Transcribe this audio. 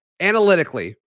analytically